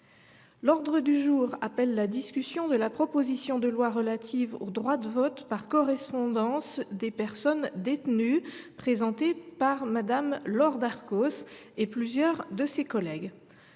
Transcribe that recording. Territoires, de la proposition de loi relative au droit de vote par correspondance des personnes détenues, présentée par Mme Laure Darcos et plusieurs de ses collègues